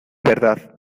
verdad